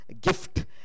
gift